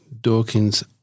Dawkins